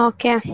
Okay